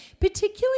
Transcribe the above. particularly